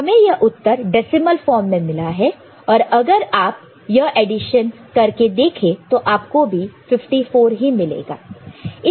हमें यह उत्तर डेसिमल फॉर्म में मिला है और अगर आप या एडिशन क के देखें तो आपको भी 54 ही मिलेगा